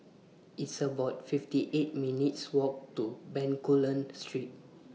It's about fifty eight minutes' Walk to Bencoolen Street